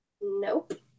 Nope